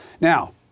Now